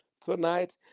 tonight